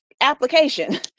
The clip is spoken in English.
application